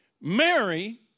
Mary